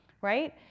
right